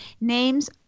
Names